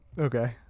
Okay